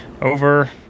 over